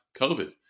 COVID